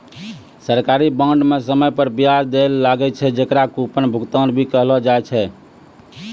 सरकारी बांड म समय पर बियाज दैल लागै छै, जेकरा कूपन भुगतान भी कहलो जाय छै